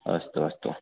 अस्तु अस्तु